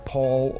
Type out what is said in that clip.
Paul